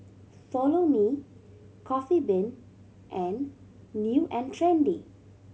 Follow Me Coffee Bean and New and Trendy